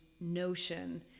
notion